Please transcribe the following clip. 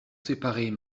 séparés